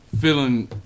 feeling